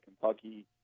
Kentucky